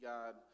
God